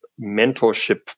mentorship